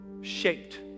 shaped